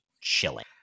chilling